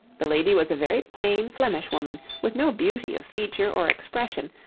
the lady was a very plain flemish woman with no beauty of feature or expression,